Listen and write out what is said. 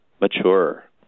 mature